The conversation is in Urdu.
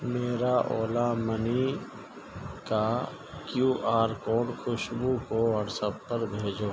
میرا اولا منی کا کیو آر کوڈ خوشبو کو واٹس ایپ پر بھیجو